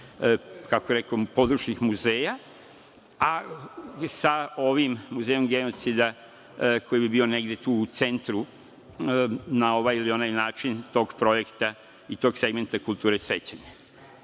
i ovih područnih muzeja, a sa ovim Muzejom genocida koji bi bio tu negde u centru, na ovaj ili onaj način, tog projekta i tog segmenta kulture sećanja. Na